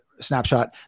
snapshot